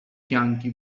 fianchi